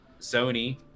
Sony